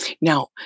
now